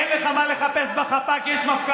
אין לך מה לחפש בחפ"ק, יש מפכ"ל.